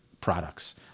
products